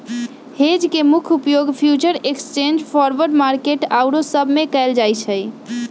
hedge के मुख्य उपयोग फ्यूचर एक्सचेंज, फॉरवर्ड मार्केट आउरो सब में कएल जाइ छइ